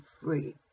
free